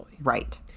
right